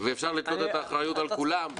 ואפשר לתלות את האחריות על כולם,